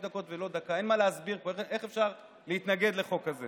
זה כבוד לנו ולכל הבית הזה.